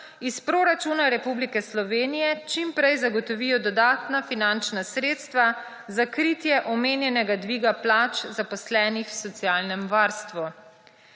iz proračuna Republike Slovenije čim prej zagotovijo dodatna finančna sredstva za kritje omenjenega dviga plač zaposlenih v socialnem varstvu.